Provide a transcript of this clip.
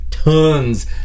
Tons